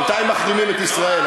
בינתיים מחרימים את ישראל.